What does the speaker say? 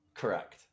Correct